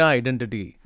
identity